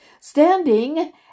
standing